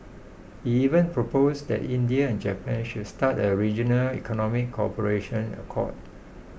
he even proposed that India and Japan should start a regional economic cooperation accord